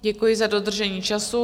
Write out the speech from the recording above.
Děkuji za dodržení času.